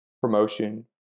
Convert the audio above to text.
promotion